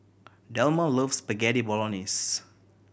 Delmar loves Spaghetti Bolognese